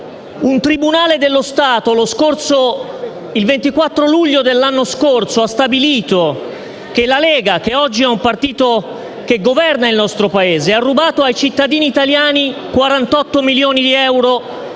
Un tribunale dello Stato il 24 luglio dell'anno corso ha stabilito che la Lega, che oggi è un partito che governa il nostro Paese, ha rubato ai cittadini italiani 48 milioni di euro di